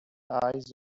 eyes